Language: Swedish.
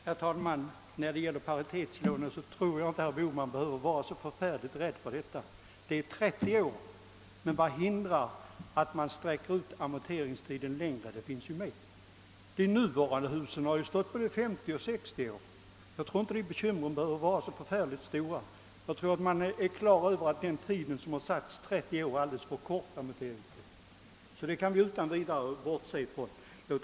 Herr talman! När det gäller paritetslånen tror jag inte att herr Bohman behöver vara så rädd. Amorteringstiden är 30 år, men vad hindrar att man sträcker ut den längre? Den möjligheten finns ju med i bestämmelserna. Och de nuvarande husen har stått i både 50 och 60 år. Jag tror alltså inte att dessa bekymmer behöver vara så oerhört stora. Man har säkerligen klart för sig att den utsatta tiden, 30 år, är alldeles för kort, så den kan vi utan vidare bortse från.